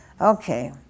Okay